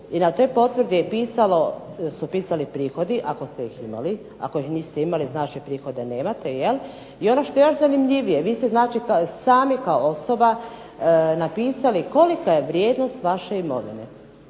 i na toj potvrdi su pisali prihodi, ako ste ih imali, ako ih niste imali znači prihoda nemate jel' i ono što je još zanimljivije vi ste znači sami kao osoba napisali kolika je vrijednost vaše imovine.